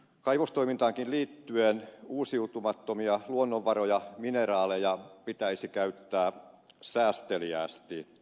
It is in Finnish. kaivostoimintaankin liittyen uusiutumattomia luonnonvaroja mineraaleja pitäisi käyttää säästeliäästi